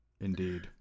Indeed